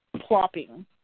plopping